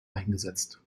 eingesetzt